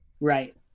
Right